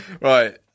Right